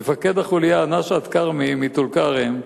מפקד החוליה, נשאת כרמי מטול-כרם,